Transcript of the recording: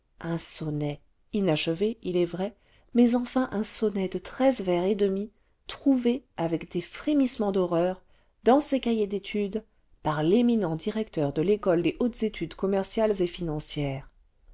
un sonnet inachevé il est vrai mais enfin un sonnet de treize vers et demi trouvé avec des frémissements d'horreur dans ses cahiers d'études par l'éminent directeur cle l'école des hautes études commerciales et financières